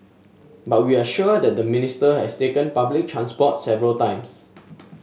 but we are sure that the Minister has taken public transport several times